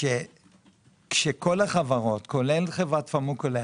שכשכל החברות, כולל חברת "פרמקולה"